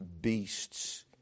beasts